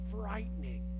frightening